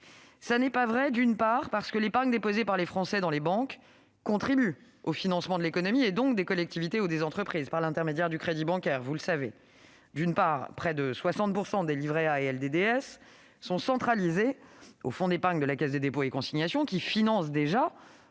Ce n'est pas vrai, d'une part, parce que l'épargne déposée par les Français dans les banques contribue au financement de l'économie, et donc, des collectivités et des entreprises par l'intermédiaire du crédit bancaire et, d'autre part, parce que près de 60 % des livrets A et des LDDS sont centralisés au fonds d'épargne de la Caisse des dépôts et consignations qui finance déjà